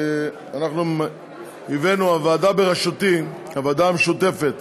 הוועדה המשותפת